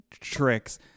tricks